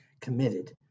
committed